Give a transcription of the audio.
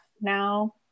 now